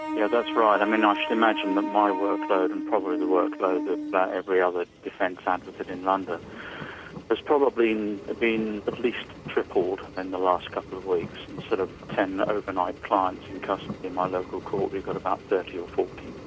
yeah that's right, i mean i ah should imagine that my workload and probably the workload of but every other defence advocate in london has probably been at least tripled in the last couple of weeks and sort of, ten overnight clients in custody in my local court who got about thirty or forty.